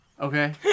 okay